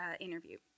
interview